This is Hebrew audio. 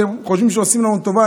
והם חושבים שהם עושים לנו טובה,